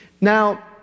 Now